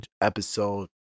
episode